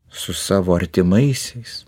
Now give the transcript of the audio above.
su savo artimaisiais